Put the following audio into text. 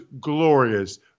glorious